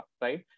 right